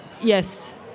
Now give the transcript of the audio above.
Yes